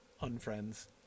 unfriends